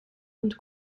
und